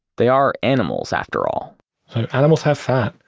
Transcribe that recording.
they are animals after all animals have fat,